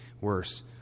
worse